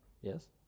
Yes